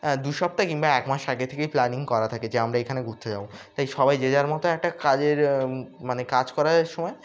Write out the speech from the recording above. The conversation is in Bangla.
দু সপ্তাহ কিংবা এক মাস আগে থেকেই প্ল্যানিং করা থাকে যে আমরা এখানে ঘুরতে যাব তাই সবাই যে যার মতো একটা কাজের মানে কাজ করার সময়